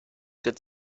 good